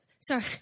Sorry